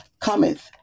cometh